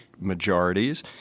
majorities